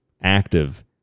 active